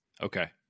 Okay